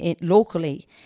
locally